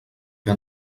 què